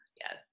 Yes